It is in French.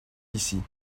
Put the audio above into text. ici